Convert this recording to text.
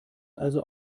also